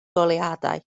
goleuadau